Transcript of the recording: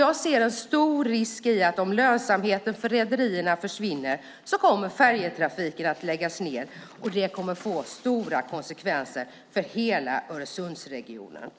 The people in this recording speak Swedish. Jag ser en stor risk i att om lönsamheten för rederierna försvinner kommer färjetrafiken att läggas ned, och det kommer att få stora konsekvenser för hela Öresundsregionen.